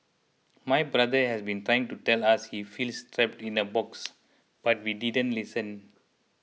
my brother has been trying to tell us he feels trapped in a box but we didn't listen